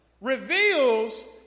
reveals